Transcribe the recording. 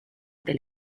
del